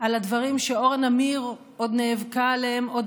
על הדברים שאורה נמיר נאבקה עליהם עוד